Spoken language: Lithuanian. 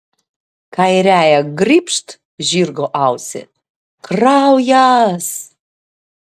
kairiąja grybšt žirgo ausį kraujas